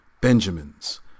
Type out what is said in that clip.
Benjamins